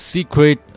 Secret